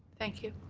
thank you.